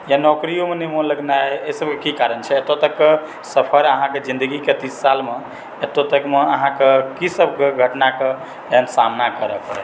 या नौकरीओमे नहि मन लगनाइ से एतऽ तकके सफर अहाँकेँ जिन्दगीके तीस सालमे एतऽ तकमे अहाँकेॅं की सभ घटनाके एहन सामना करऽ पड़ल